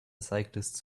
cyclists